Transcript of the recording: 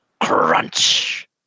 crunch